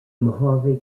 mohave